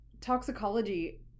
toxicology